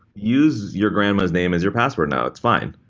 use your grandma's name as your password now. it's fine.